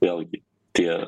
vėlgi tie